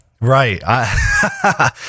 right